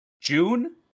June